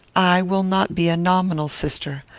i will not be a nominal sister.